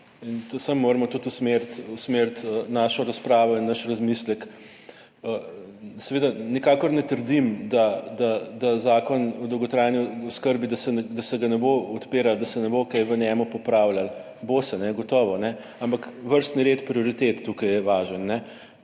usmeriti, usmeriti našo razpravo in naš razmislek. Seveda nikakor ne trdim, da Zakon o dolgotrajni oskrbi, da se ga ne bo odpiralo, da se ne bo kaj v njem popravljalo, bo, se gotovo, ampak vrstni red prioritet tukaj je važen.